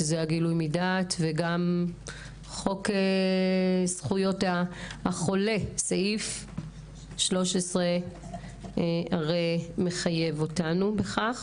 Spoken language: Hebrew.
שזה הגילוי מדעת וגם חוק זכויות החולה סעיף 13 מחייב אותנו בכך.